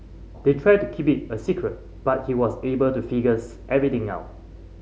they tried to keep it a secret but he was able to figures everything out